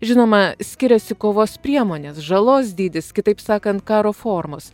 žinoma skiriasi kovos priemonės žalos dydis kitaip sakant karo formos